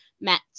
met